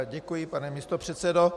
Děkuji, pane místopředsedo.